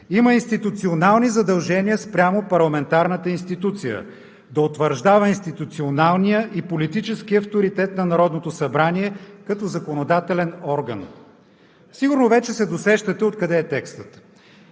има институционални задължения спрямо парламентарната институция – да утвърждава институционалния и политическия авторитет на Народното събрание като законодателен орган.“ Сигурно вече се досещате откъде е текстът.